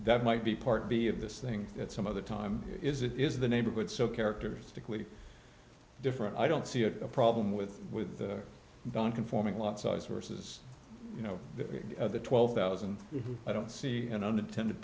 that might be part b of this thing at some other time is it is the neighborhood so characteristically different i don't see a problem with with the ban conforming lot size forces you know twelve thousand i don't see an unintended